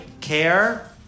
care